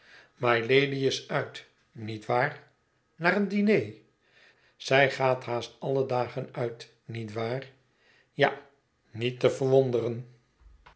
mylady is uit niet waar naar een diner zij gaat haast alle dag uit niet waar ja niet te verwonderen